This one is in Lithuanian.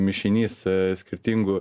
mišinys skirtingų